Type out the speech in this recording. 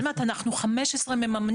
אני אומרת, אנחנו 15 מממנים.